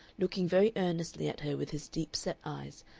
looking very earnestly at her with his deep-set eyes,